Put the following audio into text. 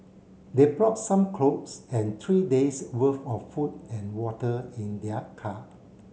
they brought some clothes and three days' worth of food and water in their car